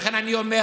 לכן אני אומר